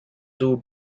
two